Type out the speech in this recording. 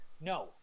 no